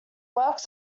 works